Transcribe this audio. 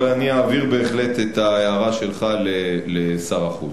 אבל אני בהחלט אעביר את ההערה שלך לשר החוץ.